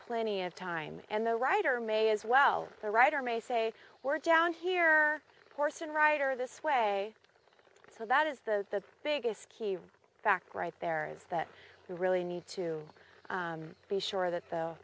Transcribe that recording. plenty of time and the writer may as well the writer may say we're down here horse and rider this way so that is the biggest key fact right there is that we really need to be sure that th